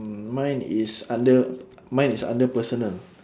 mm mine is under mine is under personal